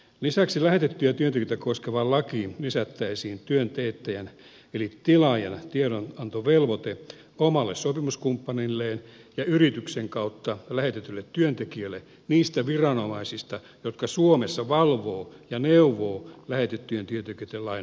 lisäksi lähetettyjä työntekijöitä koskevaan lakiin lisättäisiin työn teettäjän eli tilaajan tiedonantovelvoite omalle sopimuskumppanilleen ja yrityksen kautta lähetetyille työntekijöille niistä viranomaisista jotka suomessa valvovat ja neuvovat lähetettyjen työntekijöitten lain noudattamista